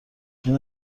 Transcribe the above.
این